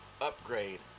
upgrade